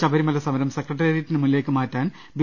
ശബരിമല സമരം സെക്രട്ടേറിയറ്റിന് മുന്നിലേക്ക് മാറ്റാൻ ബി